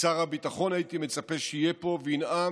משר הביטחון הייתי מצפה שיהיה פה וינאם